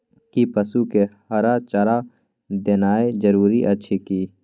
कि पसु के हरा चारा देनाय जरूरी अछि की?